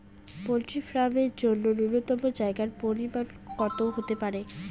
Poultry farm এর জন্য নূন্যতম জায়গার পরিমাপ কত হতে পারে?